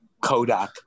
Kodak